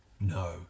No